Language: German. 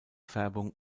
färbung